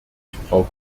frau